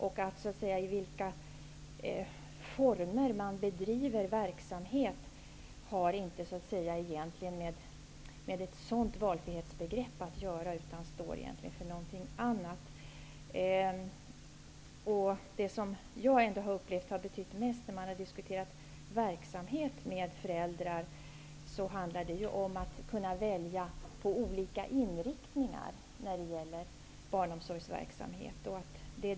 I vilka former verksamheten bedrivs har egentligen inte med ett sådant valfrihetsbegrepp att göra, utan det står för någonting annat. När jag har diskuterat verksamheten med föräldrar har jag upplevt att det som betyder mest för dem är att kunna välja mellan olika inriktningar när det gäller barnomsorgsverksamhet.